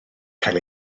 cael